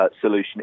solution